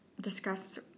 discuss